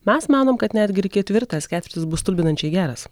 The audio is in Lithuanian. mes manom kad netgi ir ketvirtas ketvirtis bus stulbinančiai geras